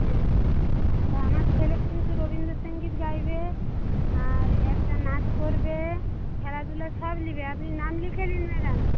হ্যাঁ আচ্ছা আমার ছেলে কিন্তু রবীন্দ্রসঙ্গীত গাইবে আর একটা নাচ করবে খেলাধুলো সব নেবে আপনি নাম লিখে নিন ম্যাডাম